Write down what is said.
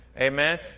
Amen